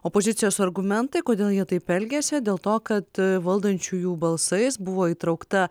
opozicijos argumentai kodėl jie taip elgiasi dėl to kad valdančiųjų balsais buvo įtraukta